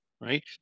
right